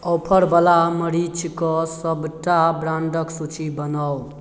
ऑफरवला मरीचके सबटा ब्राण्डके सूची बनाउ